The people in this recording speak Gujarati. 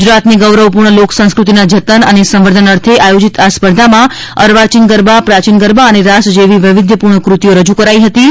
ગુજરાતની ગૌરવપૂર્ણ લોકસંસ્કૃતિના જતન અને સંવર્ધન અર્થે આયોજીત આ સ્પર્ધામાં અર્વાચીન ગરબા પ્રાચીન ગરબા અને રાસ જેવી વૈવિધ્યપૂર્ણ કૃતિઓ રજુ કરાઈ પ્રાદેશિક સમાચાર તા